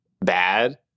bad